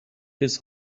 his